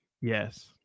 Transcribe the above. Yes